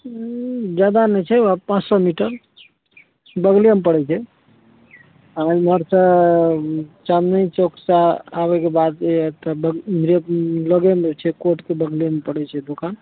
जादा नहि छै वएह पाँच सओ मीटर बगलेमे पड़य छै आओर एमहरसँ चाँदनी चौकसँ आबयके बाद जे एतऽ ब लगेमे छै कोर्टके बगलेमे पड़य छै दुकान